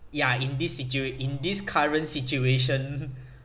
ya in this situa~ in this current situation